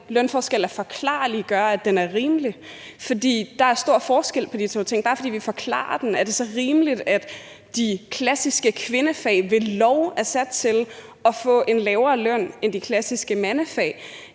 lønforskel er forklarlig, gør, at den er rimelig. For der er stor forskel på de to ting. Bare fordi vi forklarer den, er det så rimeligt, at man i de klassiske kvindefag ved lov er sat til at få en lavere løn end i de klassiske mandefag?